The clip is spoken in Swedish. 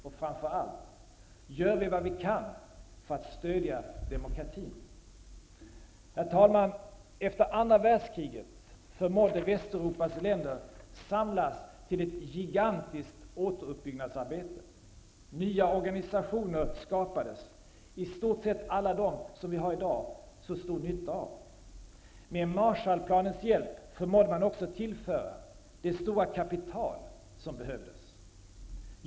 Och framför allt, gör vi vad vi kan för att stödja demokratin? Herr talman! Efter andra världskriget förmådde Västeuropas länder samlas till ett gigantiskt återuppbyggnadsarbete. Nya organisationer skapades, i stort sett alla dem som vi i dag har så stor nytta av. Med Marshallplanens hjälp förmådde man också tillföra det stora kapital som behövdes.